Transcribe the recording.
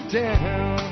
down